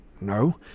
No